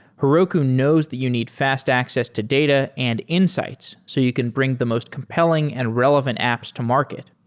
heroku knows that you need fast access to data and insights so you can bring the most compelling and relevant apps to market.